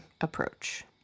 approach